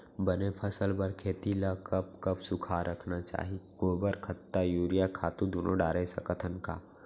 बने फसल बर खेती ल कब कब सूखा रखना चाही, गोबर खत्ता और यूरिया खातू दूनो डारे सकथन का?